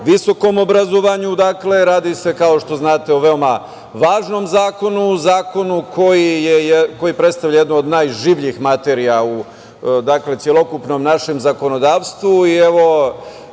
visokom obrazovanju, radi se kao što znate o veoma važnom zakonu, zakoni koji predstavlja jednu od najživljih materija u celokupnom našem zakonodavstvu.